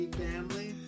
family